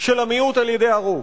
של המיעוט על-ידי הרוב.